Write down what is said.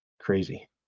crazy